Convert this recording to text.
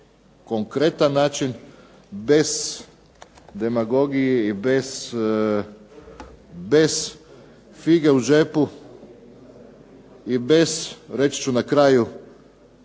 konkretan način bez demagogije i bez fige u džepu i bez reći ću na kraju